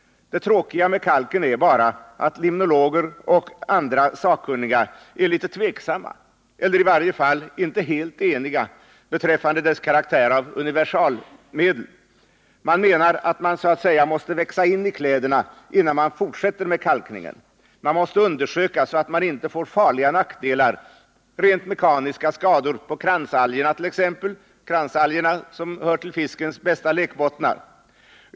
Det tråkiga med kalken är bara att limnologer och andra sakkunniga är litet tveksamma, eller i vart fall inte helt eniga, beträffande dess karaktär av universalmedel. De menar att man så att säga måste växa in i kläderna, innan man fortsätter med kalkningen. Man måste undersöka att man inte får farliga nackdelar, t.ex. rent mekaniska skador på kransalgerna, som bildar fiskens bästa lekbottnar.